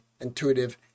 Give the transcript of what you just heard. intuitive